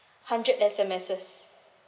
hundred S_M_S